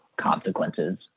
consequences